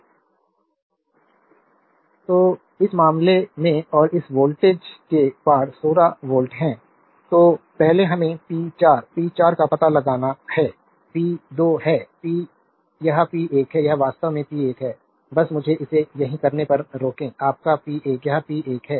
Refer Slide Time 1304 तो इस मामले में और इस वोल्टेज के पार 16 वोल्ट है तो पहले हमें पी 4 पी 4 का पता लगाना है पी 2 है पी यह पी 1 है यह वास्तव में पी 1 है बस मुझे इसे सही करने पर रोकें आपका पी 1 यह पी 1 है